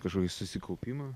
kažkokį susikaupimą